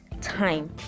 time